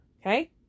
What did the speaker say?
Okay